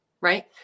right